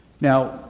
Now